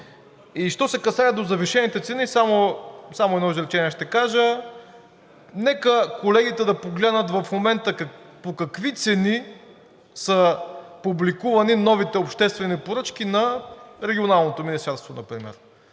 Що се касае до завишените цени, само едно изречение ще кажа. Нека колегите да погледнат в момента по какви цени са публикувани новите обществени поръчки на Регионалното министерство например.